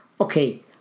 okay